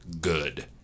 good